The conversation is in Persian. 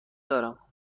دارم